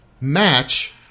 match